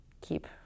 keep